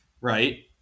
right